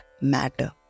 matter